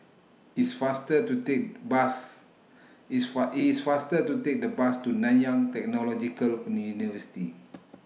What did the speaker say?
It's faster to Take Bus It's Far IT IS faster to Take The Bus to Nanyang Technological